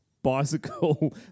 Bicycle